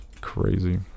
crazy